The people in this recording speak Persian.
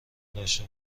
داشته